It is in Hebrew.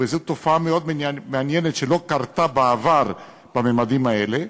וזאת תופעה מאוד מעניינת שלא קרתה בעבר בממדים האלה,